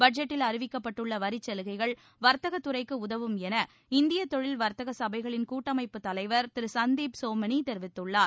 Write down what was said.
பட்ஜெட்டில் அறிவிக்கப்பட்டுள்ள வரிச்சலுகைகள் வர்த்தகத்துறைக்கு உதவும் என இந்திய தொழில் வர்த்தக சபைகளின் கூட்டமைப்பு தலைவர் திரு சந்தீப் சோமெனி தெரிவித்துள்ளார்